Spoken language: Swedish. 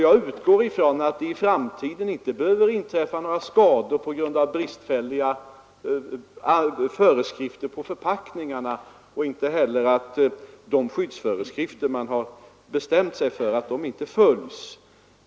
Jag utgår därför ifrån att det i framtiden inte behöver inträffa några skador på grund av bristfälliga föreskrifter på förpackningarna och inte heller på grund av att de fastställda skyddsföreskrifterna inte följts.